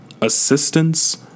assistance